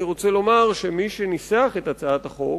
אני רוצה לומר שמי שניסחו את הצעת החוק,